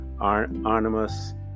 Arnimus